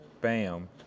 bam